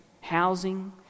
housing